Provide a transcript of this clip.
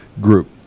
group